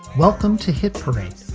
welcome to hit parade,